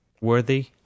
worthy